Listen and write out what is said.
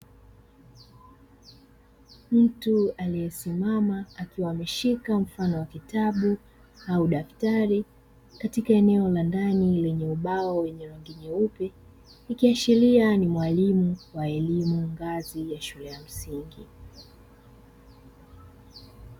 Mtu aliyesimama akiwa ameshika mfano wa kitabu au daftari katika eneo la ndani lenye ubao wenye rangi nyeupe, ikiashiria ni mwalimu wa elimu ngazi ya shule ya msingi.